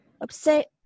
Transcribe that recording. upset